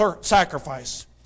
sacrifice